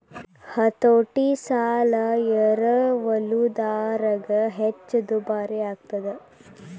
ಹತೋಟಿ ಸಾಲ ಎರವಲುದಾರಗ ಹೆಚ್ಚ ದುಬಾರಿಯಾಗ್ತದ